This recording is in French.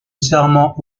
serment